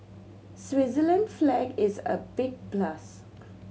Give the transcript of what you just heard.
Switzerland flag is a big plus